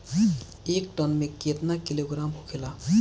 एक टन मे केतना किलोग्राम होखेला?